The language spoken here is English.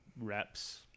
reps